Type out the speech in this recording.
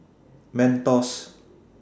Mentos